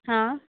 हाँ